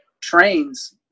trains